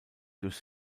durch